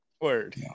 Word